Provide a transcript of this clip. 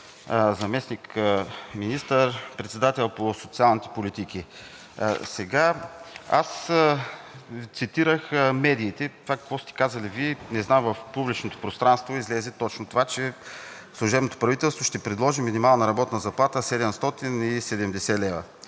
Заместник министър-председател по социалните политики, сега аз цитирах медиите. А това какво сте казали Вие, не знам – в публичното пространство излезе точно това, че служебното правителство ще предложи минимална работна заплата 770 лв.